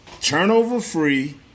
turnover-free